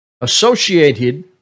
associated